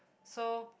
so